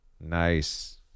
Nice